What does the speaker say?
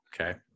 Okay